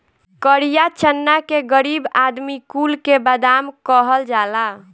करिया चना के गरीब आदमी कुल के बादाम कहल जाला